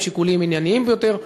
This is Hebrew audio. עם שיקולים ענייניים ביותר,